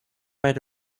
right